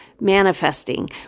manifesting